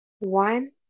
one